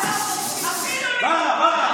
ברא, ברא.